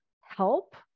help